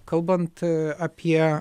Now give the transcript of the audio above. kalbant apie